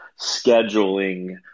scheduling